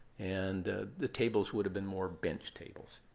and the tables would have been more bench tables.